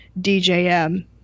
DJM